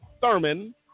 Thurman